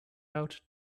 out